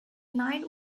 night